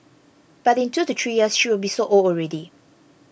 but in two to three years she will be so old already